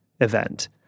event